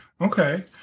Okay